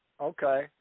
Okay